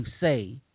say